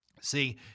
See